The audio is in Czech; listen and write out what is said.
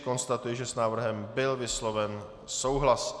Konstatuji, že s návrhem byl vysloven souhlas.